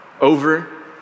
over